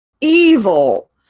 evil